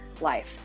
life